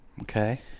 Okay